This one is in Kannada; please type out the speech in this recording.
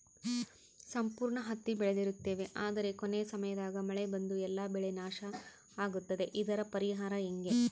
ಸಂಪೂರ್ಣ ಹತ್ತಿ ಬೆಳೆದಿರುತ್ತೇವೆ ಆದರೆ ಕೊನೆಯ ಸಮಯದಾಗ ಮಳೆ ಬಂದು ಎಲ್ಲಾ ಬೆಳೆ ನಾಶ ಆಗುತ್ತದೆ ಇದರ ಪರಿಹಾರ ಹೆಂಗೆ?